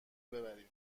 ببرین